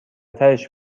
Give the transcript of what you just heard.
ترِش